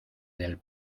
del